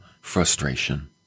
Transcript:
frustration